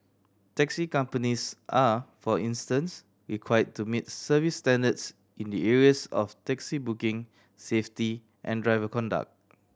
taxi companies are for instance required to meet service standards in the areas of taxi booking safety and driver conduct